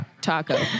taco